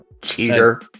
Cheater